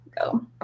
go